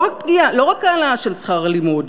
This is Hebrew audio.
לא רק העלאה של שכר הלימוד,